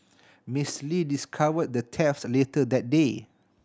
Miss Lee discovered the theft later that day